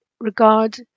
regard